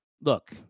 look